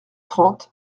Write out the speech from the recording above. trente